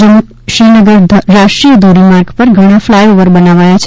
જમ્મુ શ્રીનગર રાષ્ટ્રીય ધોરીમાર્ગ પર ઘણા ફલાય ઓવર બનાવાયા છે